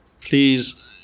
please